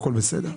הכול בסדר,